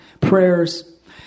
prayers